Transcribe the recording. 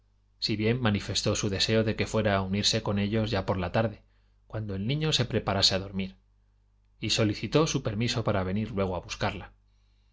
si bien manifestó su deseo de que fuera a unirse con ellos ya por la tarde cuando el niño se preparase a dormir y solicitó su permiso para venir luego a buscarla